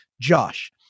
Josh